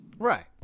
Right